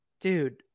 Dude